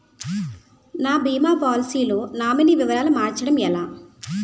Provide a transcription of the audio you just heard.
నా భీమా పోలసీ లో నామినీ వివరాలు మార్చటం ఎలా?